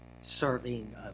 serving